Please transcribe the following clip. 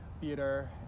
theater